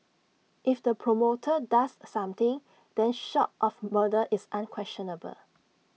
if the promoter does something then short of murder it's unquestionable